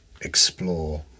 explore